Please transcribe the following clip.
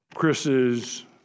Chris's